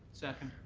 second.